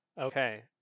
Okay